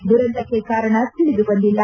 ದುರಂತಕ್ಕೆ ಕಾರಣ ತಿಳಿದು ಬಂದಿಲ್ಲ